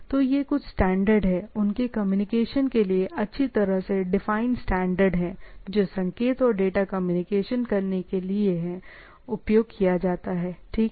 तो यह कुछ स्टैंडर्ड हैं उनके कम्युनिकेशन के लिए अच्छी तरह से डिफाइन स्टैंडर्ड हैं जो संकेत और डेटा कम्युनिकेशन करने के लिए हैं उपयोग किया जाता है ठीक है